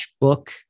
book